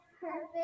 perfect